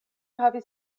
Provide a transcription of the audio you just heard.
havis